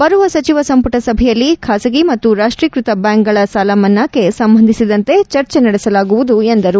ಬರುವ ಸಚಿವ ಸಂಪುಟ ಸಭೆಯಲ್ಲಿ ಖಾಸಗಿ ಮತ್ತು ರಾಷ್ಷೀಕೃತ ಬ್ಯಾಂಕುಗಳ ಸಾಲ ಮನ್ನಾಕ್ಷೆ ಸಂಬಂಧಿಸಿದಂತೆ ಚರ್ಚೆ ನಡೆಸಲಾಗುವುದು ಎಂದರು